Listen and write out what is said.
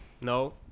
No